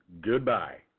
Goodbye